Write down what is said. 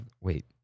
wait